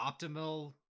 Optimal